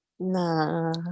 Nah